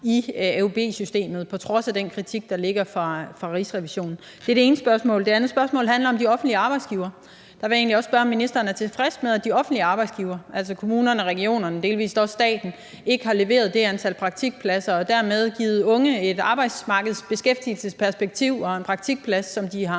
i AUB-systemet, på trods af den kritik, der ligger fra Rigsrevisionen? Det er det ene spørgsmål. Det andet spørgsmål handler om de offentlige arbejdsgivere. Der vil jeg spørge, om ministeren er tilfreds med, at de offentlige arbejdsgivere, altså kommunerne og regionerne og også delvis staten, ikke har leveret det antal praktikpladser og dermed givet unge det arbejdsmarkedsbeskæftigelsesperspektiv og de praktikpladser, som de har